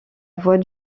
voie